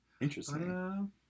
Interesting